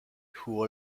who